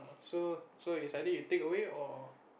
so so it's either you take away or or